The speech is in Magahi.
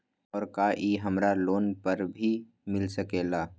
और का इ हमरा लोन पर भी मिल सकेला?